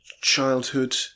childhood